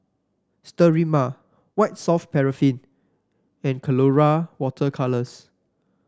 Sterimar White Soft Paraffin and Colora Water Colours